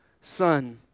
son